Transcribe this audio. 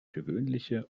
gewöhnliche